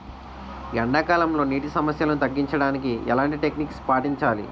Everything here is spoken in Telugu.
ఎండా కాలంలో, నీటి సమస్యలను తగ్గించడానికి ఎలాంటి టెక్నిక్ పాటించాలి?